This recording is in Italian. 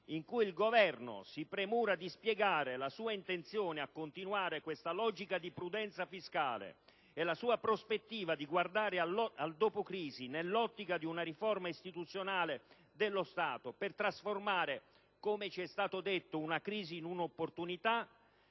in cui il Governo si premura di spiegare la sua intenzione di continuare questa logica di prudenza fiscale e la sua prospettiva di guardare al dopo crisi nell'ottica di una riforma istituzionale dello Stato, per trasformare - come ci è stato detto - una crisi in un'opportunità,